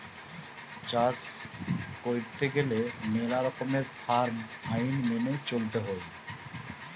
চাষ কইরতে গেলে মেলা রকমের ফার্ম আইন মেনে চলতে হৈ